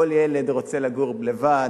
כל ילד רוצה לגור לבד,